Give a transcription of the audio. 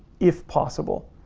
if possible,